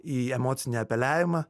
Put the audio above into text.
į emocinį apeliavimą